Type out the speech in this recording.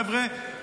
חבר'ה,